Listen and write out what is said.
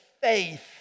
faith